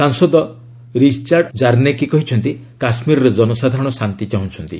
ସାଂସଦ ରିସ୍ଜାର୍ଡ଼ କାର୍ନେକି କହିଛନ୍ତି କାଶ୍ମୀରର ଜନସାଧାରଣ ଶାନ୍ତି ଚାହୁଁଛନ୍ତି